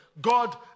God